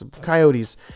coyotes